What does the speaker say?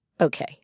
Okay